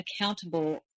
accountable